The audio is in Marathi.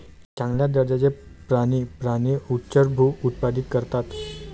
चांगल्या दर्जाचे प्राणी प्राणी उच्चभ्रू उत्पादित करतात